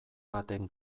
baten